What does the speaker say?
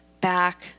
back